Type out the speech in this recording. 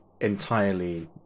entirely